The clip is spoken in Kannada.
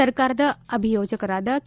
ಸರ್ಕಾರದ ಅಭಿಯೋಜಕರಾದ ಕೆ